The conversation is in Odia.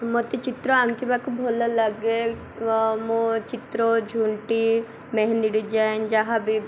ମୋତେ ଚିତ୍ର ଆଙ୍କିବାକୁ ଭଲ ଲାଗେ ମୋ ଚିତ୍ର ଝୋଟି ମେହେନ୍ଦି ଡିଜାଇନ୍ ଯାହାବି